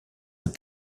that